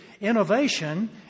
innovation